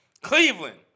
Cleveland